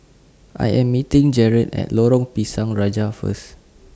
I Am meeting Jarett At Lorong Pisang Raja First